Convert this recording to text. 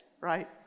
right